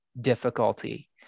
difficulty